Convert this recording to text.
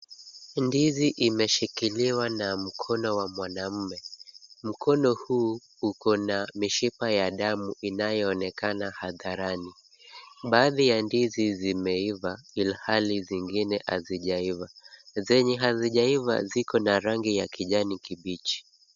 Ndizi imeshikiliwa na mkono wa mwanamme. Mkono huu uko na mishipa ya damu inayoonekana hadharani. Baadhi ya ndizi zimeiva ilhali zingine hazijaiva. Zenye hazijaiva ziko na rangi ya kijani kibichi.